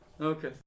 Okay